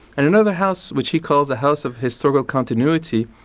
and another house which he calls a house of historical continuity,